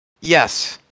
Yes